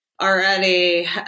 already